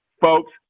folks